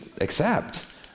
accept